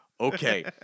Okay